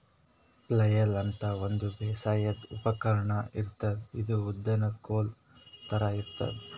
flail ಅಂತಾ ಒಂದ್ ಬೇಸಾಯದ್ ಉಪಕರ್ಣ್ ಇರ್ತದ್ ಇದು ಉದ್ದನ್ದ್ ಕೋಲ್ ಥರಾ ಇರ್ತದ್